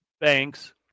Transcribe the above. bank's